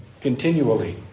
continually